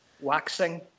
waxing